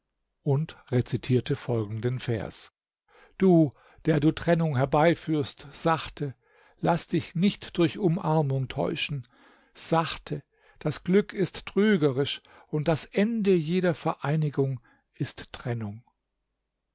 und rezitierte folgenden vers du der du trennung herbeiführst sachte laß dich nicht durch umarmung täuschen sachte das glück ist trügerisch und das ende jeder vereinigung ist trennung